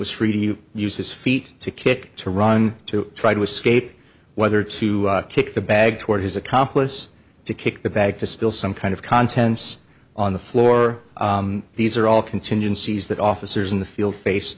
was free to use his feet to kick to run to try to escape whether to kick the bag toward his accomplice to kick the bag to spill some kind of contents on the floor these are all contingencies that officers in the field face